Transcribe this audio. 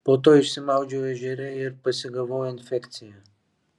po to išsimaudžiau ežere ir pasigavau infekciją